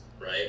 right